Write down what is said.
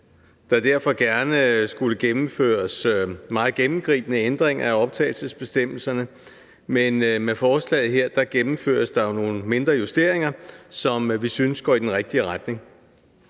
der derfor gerne skullet gennemføres meget gennemgribende ændringer af optagelsesbestemmelserne, men med forslaget her gennemføres der jo nogle mindre justeringer, som vi synes går i den rigtige retning.